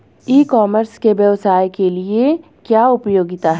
ई commerce के व्यवसाय के लिए क्या उपयोगिता है?